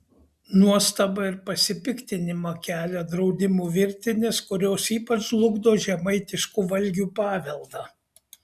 nuostabą ir pasipiktinimą kelia draudimų virtinės kurios ypač žlugdo žemaitiškų valgių paveldą